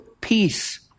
peace